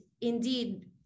indeed